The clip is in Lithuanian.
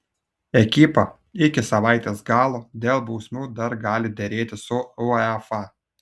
ekipa iki savaitės galo dėl bausmių dar gali derėtis su uefa